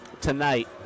tonight